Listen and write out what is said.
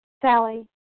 Sally